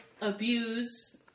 abuse